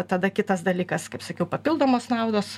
tada kitas dalykas kaip sakiau papildomos naudos